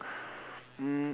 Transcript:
um